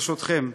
ברשותכם: